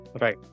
right